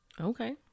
Okay